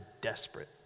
desperate